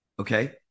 Okay